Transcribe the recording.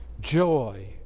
joy